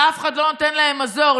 ואף אחד לא נותן להם מזור,